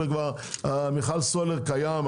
מיכל הסולר קיים,